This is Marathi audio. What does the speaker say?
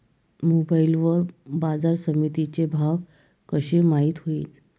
मोबाईल वर बाजारसमिती चे भाव कशे माईत होईन?